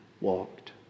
walked